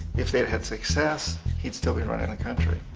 if they'd had success he'd still be running the country.